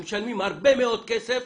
הם משלמים הרבה מאוד כסף